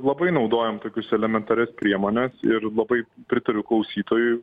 labai naudojam tokius elementarias priemones ir labai pritariu klausytojui